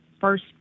first